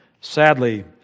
sadly